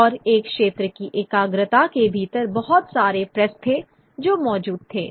और एक क्षेत्र की एकाग्रता के भीतर बहुत सारे प्रेस थे जो मौजूद थे